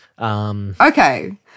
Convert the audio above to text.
Okay